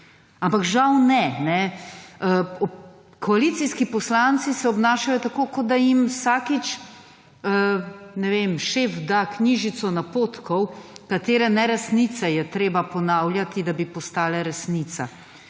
ampak žal ne. Koalicijski poslanci se obnašajo tako kot, da jim vsakič ne vem šef da knjižico napotkov, katere neresnice je treba ponavljati, da bi postale resnica